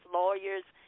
lawyers